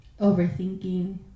overthinking